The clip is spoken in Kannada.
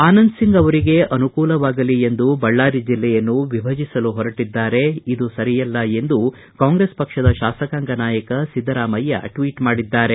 ಆನಂದ್ ಸಿಂಗ್ ಅವರಿಗೆ ಅನುಕೂಲವಾಗಲಿ ಎಂದು ಬಳ್ಳಾರಿ ಜಿಲ್ಲೆಯನ್ನು ವಿಭಜಿಸಲು ಹೊರಟಿದ್ದಾರೆ ಇದು ಸರಿಯಲ್ಲ ಎಂದು ಕಾಂಗ್ರೆಸ್ ಪಕ್ಷದ ಶಾಸಕಾಂಗ ನಾಯಕ ಸಿದ್ದರಾಮಯ್ಯ ಟ್ವೀಟ್ ಮಾಡಿದ್ದಾರೆ